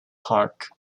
park